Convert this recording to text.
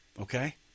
Okay